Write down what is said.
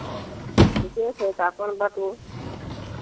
ठीके छै तऽ अपन बतबू